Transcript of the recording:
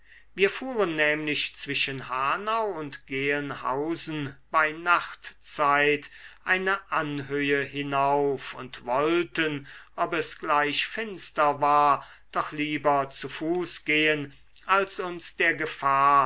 wir fuhren nämlich zwischen hanau und gelnhausen bei nachtzeit eine anhöhe hinauf und wollten ob es gleich finster war doch lieber zu fuße gehen als uns der gefahr